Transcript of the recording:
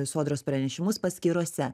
sodros pranešimus paskyrose